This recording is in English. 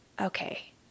okay